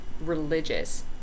religious